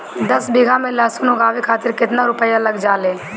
दस बीघा में लहसुन उगावे खातिर केतना रुपया लग जाले?